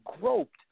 groped